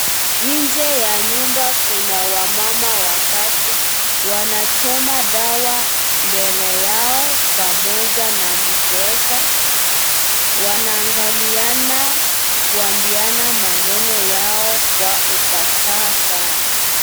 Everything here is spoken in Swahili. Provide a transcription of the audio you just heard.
Nje ya nyumba kuna wamama watatu wanachoma dawa mbele yao pamoja na mkeka. Wanaangaliana kuambiana maneno yao kwa ufasaha sana.